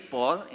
Paul